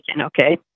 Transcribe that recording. okay